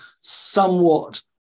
somewhat